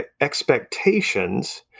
expectations